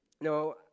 No